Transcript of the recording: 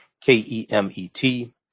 K-E-M-E-T